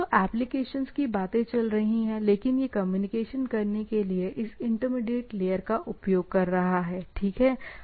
तो एप्लीकेशंस की बातें चल रही हैं लेकिन यह कम्युनिकेट करने के लिए इस इंटरमीडिएट लेयर का उपयोग कर रहा है ठीक है